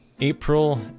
April